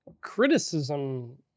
criticism